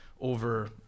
over